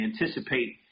anticipate